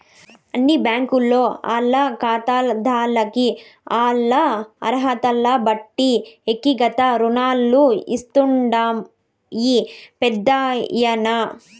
అన్ని బ్యాంకీలు ఆల్ల కాతాదార్లకి ఆల్ల అరహతల్నిబట్టి ఎక్తిగత రుణాలు ఇస్తాండాయి పెద్దాయనా